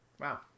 Wow